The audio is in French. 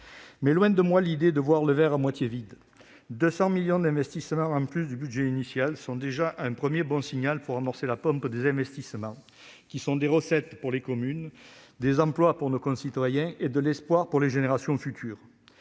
toutefois de moi l'idée de voir le verre à moitié vide : 200 millions d'euros d'investissement en plus du budget initial, voilà qui représente un premier bon signal pour amorcer la pompe des investissements, qui représentent des recettes pour les communes, des emplois pour nos concitoyens et de l'espoir pour les générations futures.